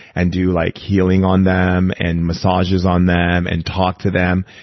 and do like healing on them, and massages on them, and talk to them.